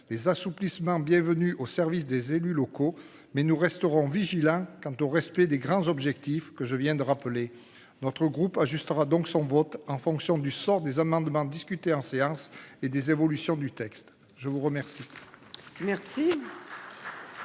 les assouplissements bienvenus au service des élus locaux. Mais nous resterons vigilants quant au respect des grands objectifs que je viens de rappeler notre groupe ajustera donc son vote en fonction du sort des amendements discutés en séance et des évolutions du texte. Je vous remercie.